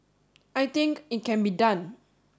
I think it can be done